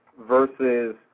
versus